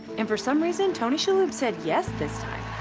and for some reason, tony shalhoub said yes this time.